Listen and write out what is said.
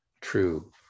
true